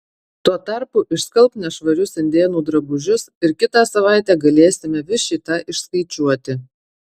tuo tarpu išskalbk nešvarius indėnų drabužius ir kitą savaitę galėsime vis šį tą išskaičiuoti